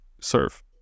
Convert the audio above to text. serve